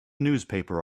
newspaper